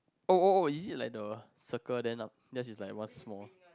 oh oh oh is it like the circle then aft~ there is like one small